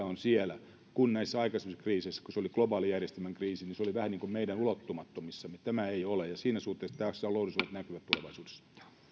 on se potentiaalinen kysyntä näissä aikaisemmissa kriiseissä kun se oli globaalin järjestelmän kriisi se oli vähän niin kuin meidän ulottumattomissamme tämä ei ole ja siinä suhteessa tässä on lohdullisemmat näkymät tulevaisuudessa